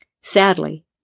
Sadly